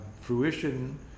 fruition